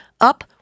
up